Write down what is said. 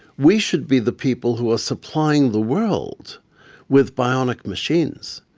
we should be the people who are supplying the world with bionic machines.